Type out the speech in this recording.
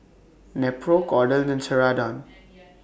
Nepro Kordel's and Ceradan